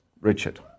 Richard